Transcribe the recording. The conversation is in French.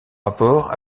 rapport